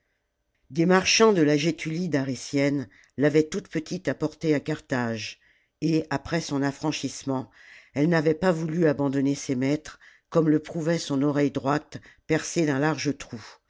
des marchands de la gétulie darytienne l'avaient toute petite apportée à carthage et après son affranchissement elle n'avait pas voulu abandonner ses maîtres comme le prouvait son oreille droite percée d'un large trou